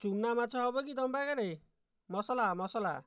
ଚୁନା ମାଛ ହେବକି ତୁମ ପାଖରେ ମସଲା ମସଲା